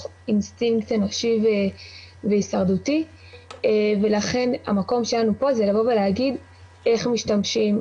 אינסטינקט אנושי והישרדותי ולכן המקום שלנו פה זה לבוא ולהגיד איך משתמשים,